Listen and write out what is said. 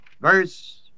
Verse